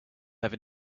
have